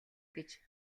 гэж